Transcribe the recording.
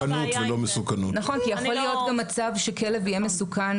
כי יכול להיות גם מצב שכלב יהיה מסוכן